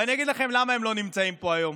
ואני אגיד לכם למה הם לא נמצאים פה היום.